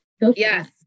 Yes